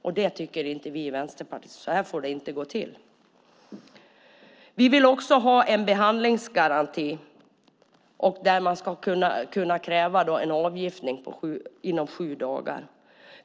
Så får det inte gå till, tycker vi i Vänsterpartiet. Vi vill också att det ska finnas en behandlingsgaranti med krav på avgiftning inom sju dagar.